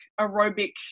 aerobic